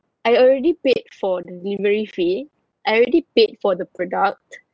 I already paid for delivery fee I already paid for the product